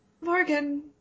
Morgan